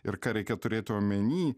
ir ką reikia turėti omeny